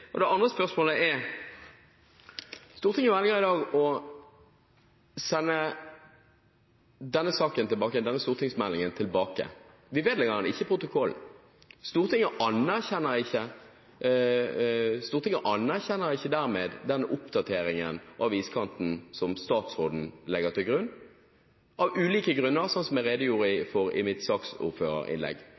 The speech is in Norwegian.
det. Det andre spørsmålet er: Stortinget velger i dag å sende denne stortingsmeldingen tilbake. Vi vedlegger den ikke protokollen. Stortinget anerkjenner dermed ikke den oppdateringen av iskanten som statsråden legger til grunn – av ulike grunner, som jeg redegjorde for i mitt saksordførerinnlegg.